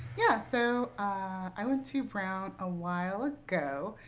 yeah, so i went to brown a while ago.